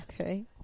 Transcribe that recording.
Okay